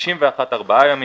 61- -- ראיתי,